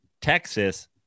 Texas